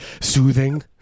soothing